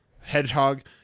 hedgehog